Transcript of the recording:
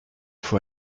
faut